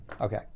Okay